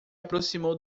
aproximou